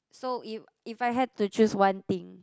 so if if I had to choose one thing